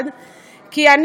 כי,